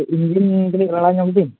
ᱤᱧᱡᱤᱱ ᱠᱟᱹᱴᱤᱡ ᱨᱟᱲᱟᱧᱚᱜᱵᱮᱱ